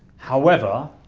however,